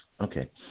Okay